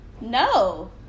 No